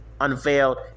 unveiled